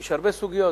יש הרבה סוגיות.